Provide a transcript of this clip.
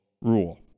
rule